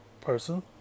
person